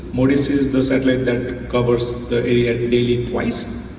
modis is the satellite that covers the area twice,